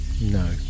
No